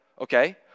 okay